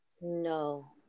No